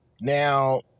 Now